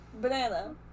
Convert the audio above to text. Banana